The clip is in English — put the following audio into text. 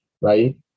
right